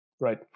right